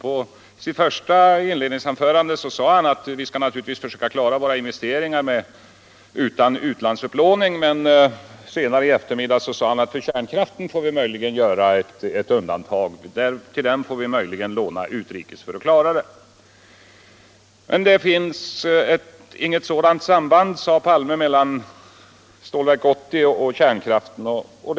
I sitt inledningsanförande sade han att vi naturligtvis skall försöka klara våra investeringar utan utlandsupplåning, men senare i eftermiddag sade han att för kärnkraften får vi möjligen göra ett undantag; till den får vi kanske låna utrikes för att kunna klara den. Det finns inget sådant samband mellan Stålverk 80 och kärnkraften, sade Palme.